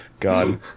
god